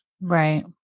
Right